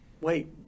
wait